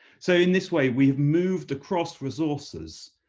so in this way we've moved across resources